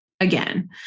again